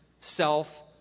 self